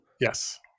Yes